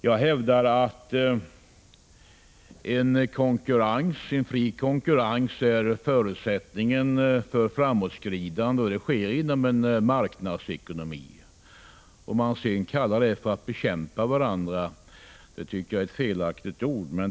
Jag hävdar att en fri konkurrens är förutsättningen för framåtskridande, och det sker inom en marknadsekonomi. Jag tycker att det är fel att rubricera detta som bekämpning av varandra.